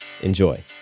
Enjoy